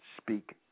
Speak